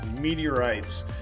meteorites